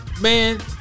man